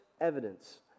evidence